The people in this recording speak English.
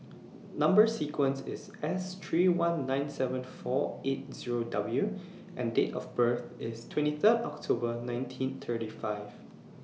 Number sequence IS S three one nine seven four eight Zero W and Date of birth IS twenty Third October nineteen thirty five